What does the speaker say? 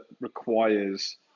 requires